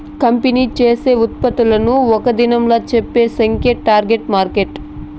company చేసే ఉత్పత్తులను ఒక్క దినంలా చెప్పే సంఖ్యే టార్గెట్ మార్కెట్